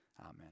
Amen